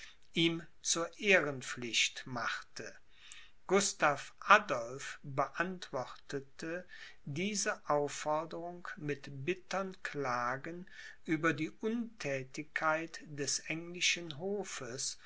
ihm zur ehrenpflicht machte gustav adolph beantwortete diese aufforderung mit bittern klagen über die unthätigkeit des englischen hofes